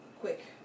quick